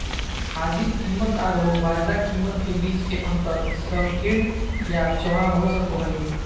हाजिर कीमतआरो वायदा कीमत के बीच के अंतर संकीर्ण या चौड़ा हो सको हइ